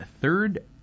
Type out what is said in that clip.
third